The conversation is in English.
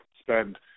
spend